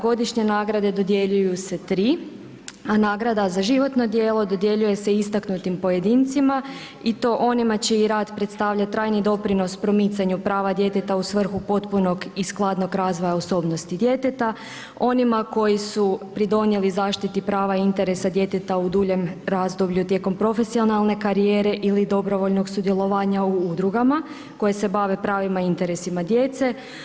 Godišnje nagrade dodjeljuju se tri, a nagrada za životno djelo dodjeljuje se istaknutim pojedincima i to onima čiji rad predstavlja trajni doprinos promicanju prava djeteta u svrhu potpunog i skladnog razvoja osobnosti djeteta, onima koji su pridonijeli zaštiti prava i interesa djeteta u duljem razdoblju tijekom profesionalne karijere ili dobrovoljnog sudjelovanja u udrugama koje se bave pravima i interesima djece.